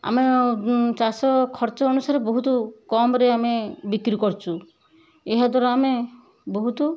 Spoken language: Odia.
ଆମ ଚାଷ ଖର୍ଚ୍ଚ ଅନୁସାରେ ବହୁତ କମରେ ଆମେ ବିକ୍ରି କରୁଛୁ ଏହା ଦ୍ୱାରା ଆମେ ବହୁତ